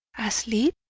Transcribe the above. asleep?